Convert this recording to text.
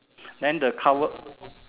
then the cover